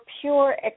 pure